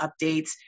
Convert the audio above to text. updates